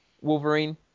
Wolverine